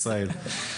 שלנו.